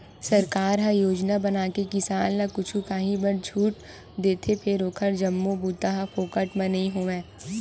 सरकार ह योजना बनाके किसान ल कुछु काही बर छूट देथे फेर ओखर जम्मो बूता ह फोकट म नइ होवय